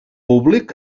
públic